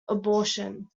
abortion